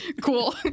Cool